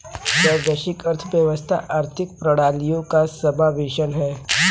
क्या वैश्विक अर्थव्यवस्था आर्थिक प्रणालियों का समावेशन है?